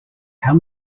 how